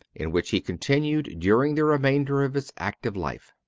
in which he continued during the remainder of his active life.